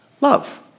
Love